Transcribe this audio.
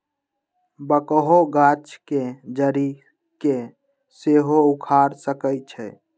backhoe गाछ के जड़ी के सेहो उखाड़ सकइ छै